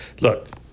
look